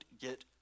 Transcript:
get